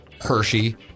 Hershey